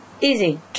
Easy